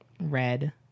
Red